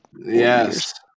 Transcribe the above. Yes